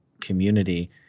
community